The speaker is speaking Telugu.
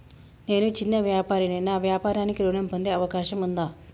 నేను చిన్న వ్యాపారిని నా వ్యాపారానికి ఋణం పొందే అవకాశం ఉందా?